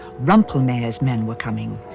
rumpelmayer's men were coming.